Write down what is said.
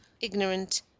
ignorant